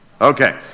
Okay